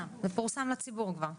זה פורסם כבר לציבור.